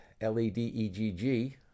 L-E-D-E-G-G